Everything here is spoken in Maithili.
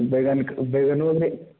बैगन कऽ बैगनो भी